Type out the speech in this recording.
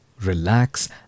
relax